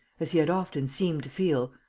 as he had often seemed to feel,